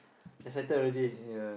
excited already